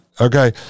Okay